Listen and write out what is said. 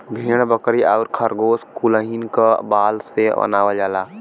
भेड़ बकरी आउर खरगोस कुलहीन क बाल से बनावल जाला